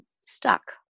stuck